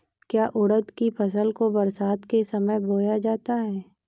क्या उड़द की फसल को बरसात के समय बोया जाता है?